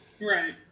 Right